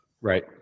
Right